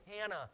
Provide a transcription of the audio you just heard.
Hannah